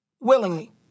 Willingly